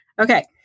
Okay